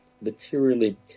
materially